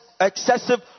excessive